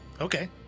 okay